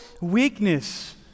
weakness